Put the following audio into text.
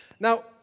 Now